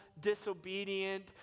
disobedient